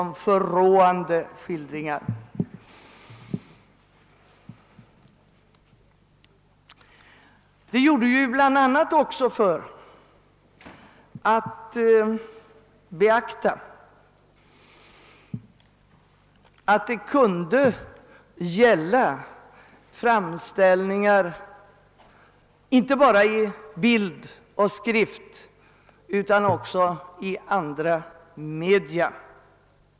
Vi förde in detta uttryck bl.a. också för att beakta att det kunde gälla framställningar inte bara i bild och skrift utan också i andra media.